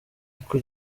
uko